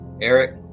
Eric